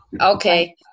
Okay